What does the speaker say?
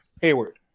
Hayward